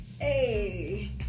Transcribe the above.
Hey